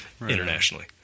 internationally